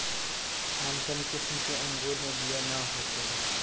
Thompson किसिम के अंगूर मे बिया ना होखेला